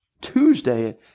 Tuesday